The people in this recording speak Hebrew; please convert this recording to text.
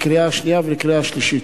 לקריאה שנייה ולקריאה שלישית.